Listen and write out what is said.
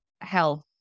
health